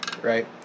Right